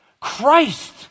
Christ